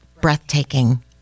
breathtaking